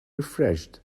refreshed